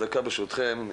ברשותכם,